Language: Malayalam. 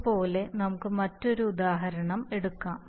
അതുപോലെ നമുക്ക് മറ്റൊരു ഉദാഹരണം എടുക്കാം